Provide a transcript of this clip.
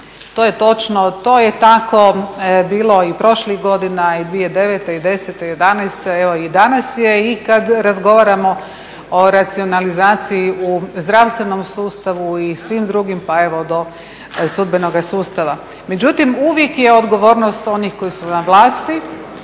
To je točno, to je tako bilo i prošlih godina i 2009., 2010., 2011., evo i danas je i kad razgovaramo o racionalizaciji u zdravstvenom sustavu i svim drugim, pa evo do sudbenoga sustava. Međutim, uvijek je odgovornost onih koji su na vlasti,